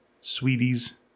sweeties